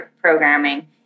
programming